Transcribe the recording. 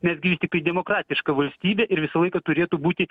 nes gi vis tiktai demokratiška valstybė ir visą laiką turėtų būti